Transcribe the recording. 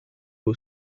aux